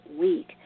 week